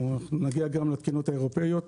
ונגיע גם לתקינות האירופאיות